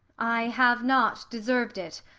i have not deserv'd it.